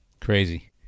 Crazy